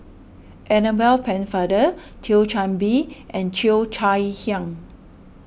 Annabel Pennefather Thio Chan Bee and Cheo Chai Hiang